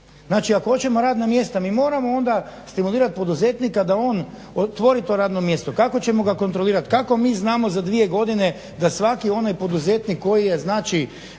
Znači ako hoćemo radna mjesta mi moramo onda stimulirat poduzetnika da on otvori to radno mjesto. Kako ćemo ga kontrolirat, kako mi znamo za dvije godine da svaki onaj poduzetnik koji je dobio